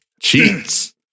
cheats